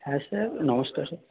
হ্যাঁ স্যার নমস্কার স্যার